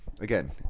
Again